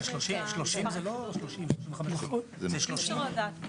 צריך שמתכנני